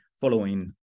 following